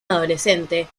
adolescente